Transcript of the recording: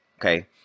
okay